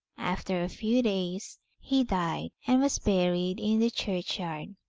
after a few days he died, and was buried in the churchyard.